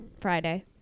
Friday